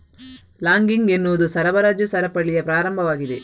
logging ಎನ್ನುವುದು ಸರಬರಾಜು ಸರಪಳಿಯ ಪ್ರಾರಂಭವಾಗಿದೆ